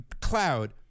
Cloud